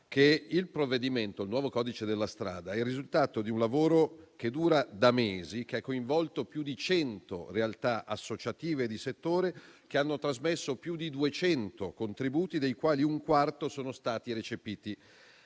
precisare che il nuovo codice della strada è il risultato di un lavoro che dura da mesi, che ha coinvolto più di 100 realtà associative di settore che hanno trasmesso più di 200 contributi un quarto dei quali è stato recepito